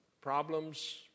problems